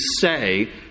say